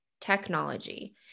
technology